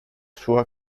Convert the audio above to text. sua